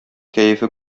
кәефе